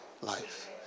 life